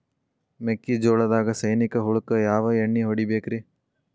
ಮೆಕ್ಕಿಜೋಳದಾಗ ಸೈನಿಕ ಹುಳಕ್ಕ ಯಾವ ಎಣ್ಣಿ ಹೊಡಿಬೇಕ್ರೇ?